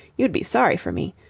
you'd be sorry for me.